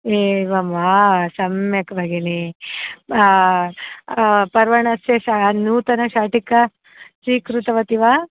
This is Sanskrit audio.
एवं वा सम्यक् भगिनि पर्वणस्य श नूतनशाटिका स्वीकृतवती वा